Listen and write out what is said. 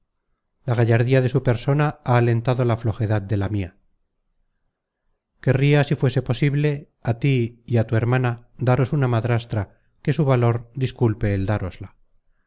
la gallardía de su persona ha alentado la flojedad de la mia querria si fuese posible á tí y á tu hermana daros una madrastra que su valor disculpe el dárosla